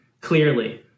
clearly